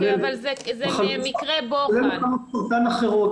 כולל מחלות סרטן אחרות